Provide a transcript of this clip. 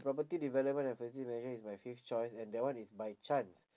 property development and facilities management is my fifth choice and that one is by chance